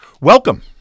welcome